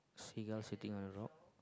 seagull sitting on the rock